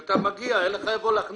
שכאשר אתה מגיע, אין לך איפה לחנות?